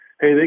hey